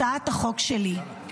הצעת החוק שלי,